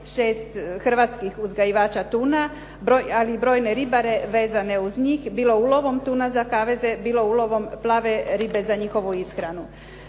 6 hrvatskih uzgajivača tuna, ali i brojne ribare vezane uz njih bilo ulovom tuna za kaveze, bilo ulovom plave ribe za njihovu ishranu.